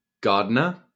gardener